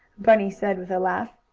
bunny said, with a laugh.